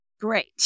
Great